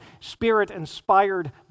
Spirit-inspired